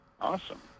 Awesome